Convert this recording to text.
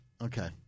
Okay